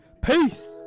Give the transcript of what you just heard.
Peace